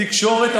תקשורת,